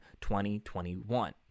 2021